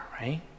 right